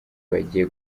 bagiye